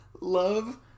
love